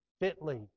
fitly